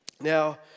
Now